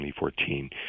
2014